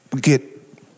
get